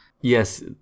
Yes